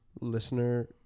Listener